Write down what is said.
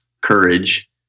courage